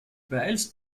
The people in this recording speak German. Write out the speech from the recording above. beeilst